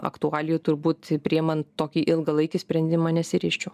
aktualijų turbūt priimant tokį ilgalaikį sprendimą nesiryžčiau